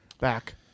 back